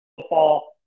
football